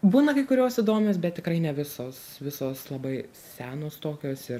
būna kai kurios įdomios bet tikrai ne visos visos labai senos tokios ir